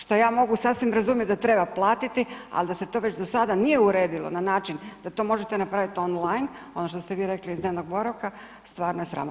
Što ja mogu sasvim razumjeti da treba platiti, ali da se to već do sada nije uredilo na način da to možete napraviti online, ono što ste vi rekli iz dnevnog boravka, stvarno je sramotno.